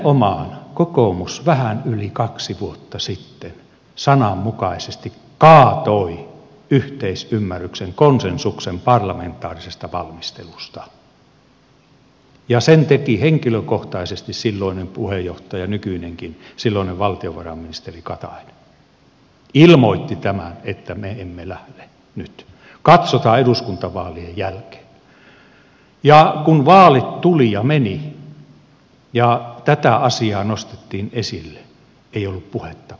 nimenomaan kokoomus vähän yli kaksi vuotta sitten sananmukaisesti kaatoi yhteisymmärryksen konsensuksen parlamentaarisesta valmistelusta ja sen teki henkilökohtaisesti silloinen puheenjohtaja nykyinenkin silloinen valtiovarainministeri katainen ilmoitti tämän että me emme lähde nyt katsotaan eduskuntavaalien jälkeen ja kun vaalit tulivat ja menivät ja tätä asiaa nostettiin esille ei ollut puhettakaan